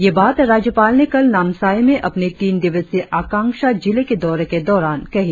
ये बात राज्यपाल ने कल नामसाई में अपने तीन दिवसीय आकांक्षा जिले के दौरे के दौरान कही